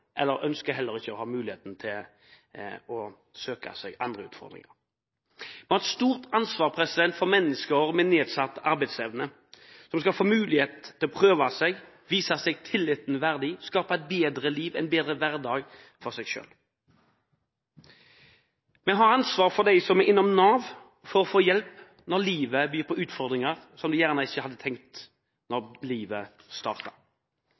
eller heller ikke ønsker å ha muligheten til å søke seg andre utfordringer. Vi har et stort ansvar for mennesker med nedsatt arbeidsevne. De skal få en mulighet til å prøve seg, vise seg tilliten verdig, skape et bedre liv og en bedre hverdag. Vi har ansvar for dem som er innom Nav for å få hjelp når livet byr på utfordringer de gjerne ikke hadde tenkt